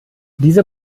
diese